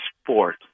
sport